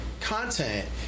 Content